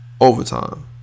overtime